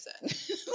person